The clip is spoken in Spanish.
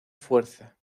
fuerza